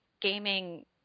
gaming